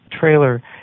trailer